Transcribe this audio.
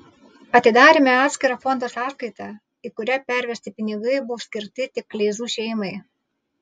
atidarėme atskirą fondo sąskaitą į kurią pervesti pinigai bus skirti tik kleizų šeimai